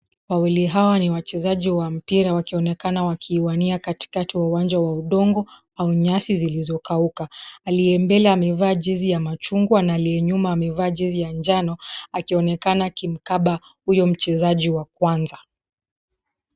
Wawili hawa ni wachezaji wa mpira wakiwa wakionekana wakiwania katikati ya uwanja wa udongo, au nyasi zilizo kauka. Aliye mbele amevaa jezi ya machungwa, na aliye nyuma amevaa jezi ya njano akionekana akimkaba huyo mchezaji wa kwanza.